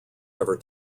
ever